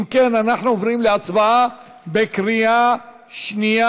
אם כן, אנחנו עוברים להצבעה בקריאה שנייה.